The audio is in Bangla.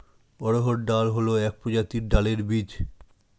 অড়হর ডাল হল এক প্রজাতির ডালের বীজ